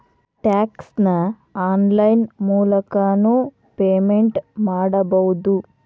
tax ನ online ಮೂಲಕನೂ payment ಮಾಡಬೌದು